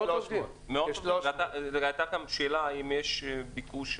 300. עלתה כאן גם שאלה האם יש ביקוש,